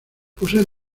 posee